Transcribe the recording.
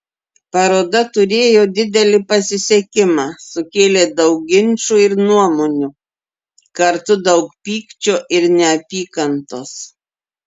paroda turėjo didelį pasisekimą sukėlė daug ginčų ir nuomonių kartu daug pykčio ir neapykantos